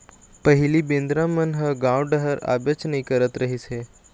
पहिली बेंदरा मन ह गाँव डहर आबेच नइ करत रहिस हे